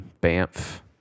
Banff